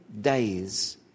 days